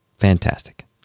fantastic